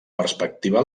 perspectiva